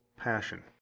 passion